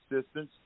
assistance